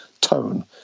tone